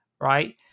right